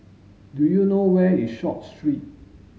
do you know where is Short Street